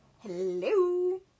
Hello